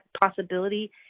possibility